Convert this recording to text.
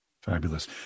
Fabulous